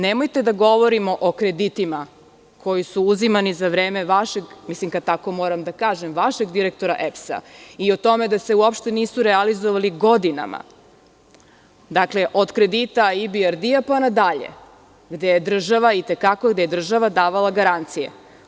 Nemojte da govorimo o kreditima koji su uzimani za vreme, kad tako moram da kažem, vašeg direktora EPS-a i o tome da se uopšte nisu realizovali godinama, od kredita IBRD pa nadalje, gde je država davale garancije.